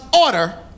order